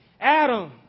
Adam